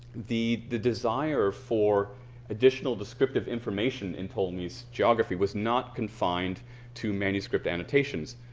the the desire for additional descriptive information in ptolemy's geography was not confined to manuscript annotations.